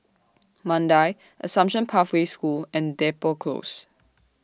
Mandai Assumption Pathway School and Depot Close